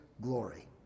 glory